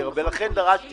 אני מבקש מהאוצר,